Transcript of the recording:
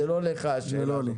זה לא לך, השאלה הזאת.